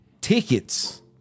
tickets